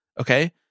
okay